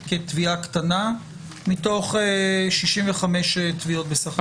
לתיקי תביעה קטנה מתוך 65 תביעות סך הכול.